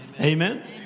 Amen